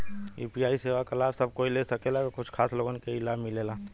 UPI सेवा क लाभ सब कोई ले सकेला की कुछ खास लोगन के ई लाभ मिलेला?